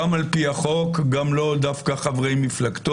גם על פי החוק, גם לא, דווקא חברי מפלגתו.